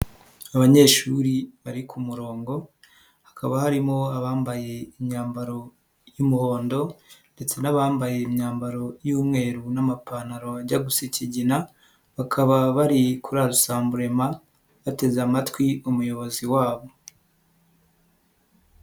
Abanyeshuri bari ku murongo, hakaba harimo abambaye imyambaro y'umuhondo, ndetse n'abambaye imyambaro y'umweru n'amapantaro ajya gusa ikigina, bakaba bari kuri arasamburema bateze amatwi umuyobozi wabo.